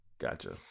Gotcha